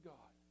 God